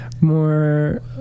more